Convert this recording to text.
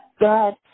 God